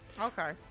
Okay